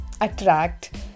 attract